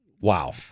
Wow